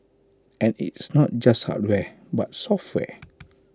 and it's not just hardware but software